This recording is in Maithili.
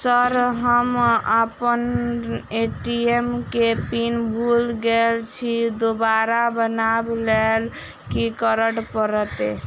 सर हम अप्पन ए.टी.एम केँ पिन भूल गेल छी दोबारा बनाब लैल की करऽ परतै?